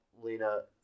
Lena